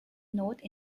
note